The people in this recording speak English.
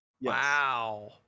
wow